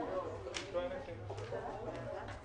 אין התייחסות בנתונים של הלמ"ס או במדד